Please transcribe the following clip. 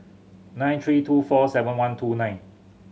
nine three two four seven one two nine